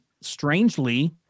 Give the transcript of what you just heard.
strangely